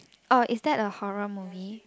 orh is that a horror movie